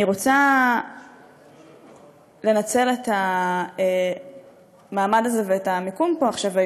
אני רוצה לנצל את המעמד הזה ואת המקום פה עכשיו,